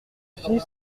fils